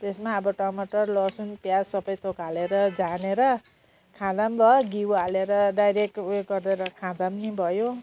त्यसमा अब टमाटर लसुन प्याज सबै थोक हालेर झानेर खादा पनि भयो घिउ हालेर डाइरेक्ट ऊ यो गरेर खाँदा नि भयो